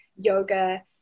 yoga